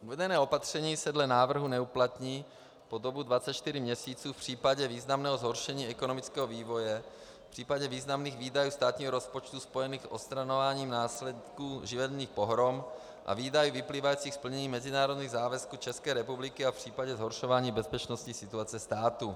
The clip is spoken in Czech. Uvedené opatření se dle návrhu neuplatní po dobu 24 měsíců v případě významného zhoršení ekonomického vývoje, v případě významných výdajů státního rozpočtu spojených s odstraňováním následků živelních pohrom a výdajů vyplývajících z plnění mezinárodních závazků České republiky a v případě zhoršování bezpečnostní situace státu.